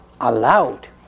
allowed